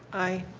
aye.